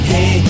Hey